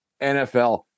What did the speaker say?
NFL